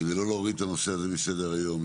כדי לא להוריד את הנושא הזה מסדר היום,